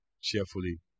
cheerfully